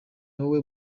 wowe